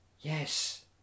yes